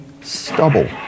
stubble